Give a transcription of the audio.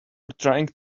trying